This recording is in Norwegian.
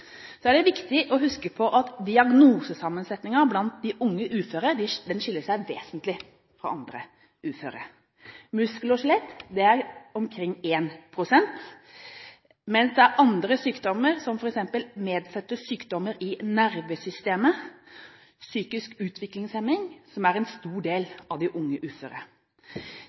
Så er det viktig å huske på at diagnosesammensetningen blant de uføre er vesentlig forskjellig. Muskel- og skjelettlidelser utgjør omtrent 1 pst., mens det er andre sykdommer, som f.eks. medfødte sykdommer i nervesystemet og psykisk utviklingshemming, som utgjør en stor del av diagnosene til de unge uføre.